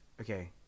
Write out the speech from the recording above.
okay